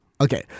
Okay